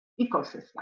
ecosystem